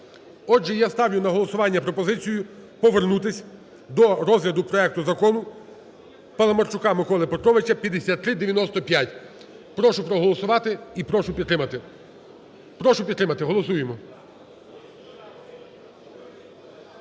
Отже, я ставлю на голосування пропозицію повернутись до розгляду проекту закону Паламарчука Микола Петровича 5395. Прошу проголосувати і прошу підтримати. Прошу підтримати. Голосуємо.